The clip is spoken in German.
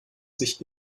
sich